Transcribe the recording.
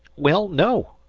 well, no,